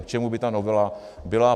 K čemu by ta novela byla?